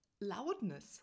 loudness